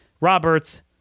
Roberts